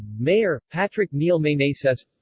mayor patrick neil meneses